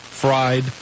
Fried